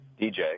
DJ